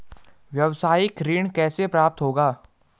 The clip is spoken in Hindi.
व्यावसायिक ऋण कैसे प्राप्त होगा?